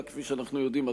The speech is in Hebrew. כפי שאנחנו יודעים,